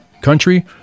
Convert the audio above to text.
country